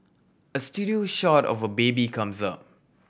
a studio shot of a baby comes up